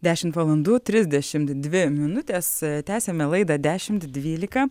dešimt valandų trisdešimt dvi tęsiame laidą dešimt dvylika